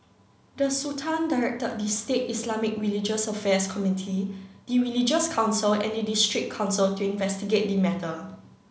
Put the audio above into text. the Sultan directed the state Islamic religious affairs committee the religious council and the district council to investigate the matter